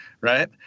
right